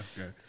Okay